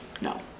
no